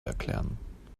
erklären